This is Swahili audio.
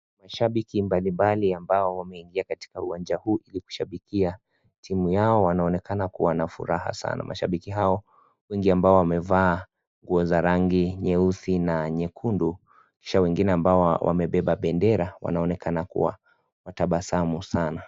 Mashabiki mbalimbali ambao wameingia katika uwanja huu Ili kushabikia timu Yao. Wanaonekana kuwa na furaha sana. Mashabiki hawa wengi ambo wamevaa nguo za rangi nyeusi na nyekundu, wengine ambao wamebeba bendera wanaonekana kuwa na tabasamu Sana.